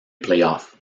playoffs